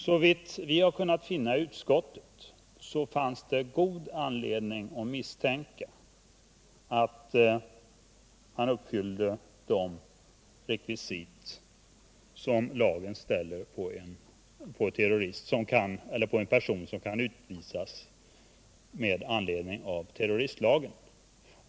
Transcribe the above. Såvitt vi har kunnat finna i utskottet fanns det god anledning misstänka att han uppfyllde de rekvisit som uppställts för att en person skall kunna utvisas med anledning av terroristlagen.